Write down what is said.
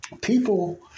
people